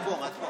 היה פה.